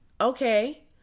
Okay